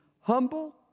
humble